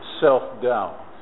self-doubt